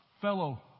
fellow